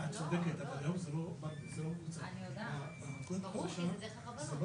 חבר הכנסת טורפז, הערה.